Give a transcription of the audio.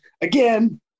Again